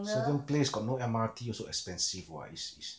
certain place got no M_R_T also expensive [what] it's it's